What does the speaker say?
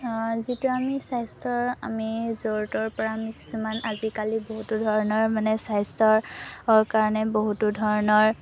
যিটো আমি স্বাস্থ্যৰ আমি য'ৰ ত'ৰপৰা আমি কিছুমান আজিকালি বহুতো ধৰণৰ মানে স্বাস্থ্যৰ কাৰণে বহুতো ধৰণৰ